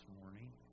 morning